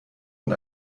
und